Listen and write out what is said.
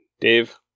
Dave